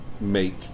make